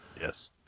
Yes